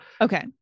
Okay